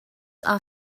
are